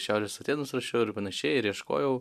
šiaurės atėnus rašiau ir panašiai ir ieškojau